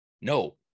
No